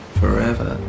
forever